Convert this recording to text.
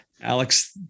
Alex